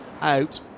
out